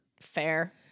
Fair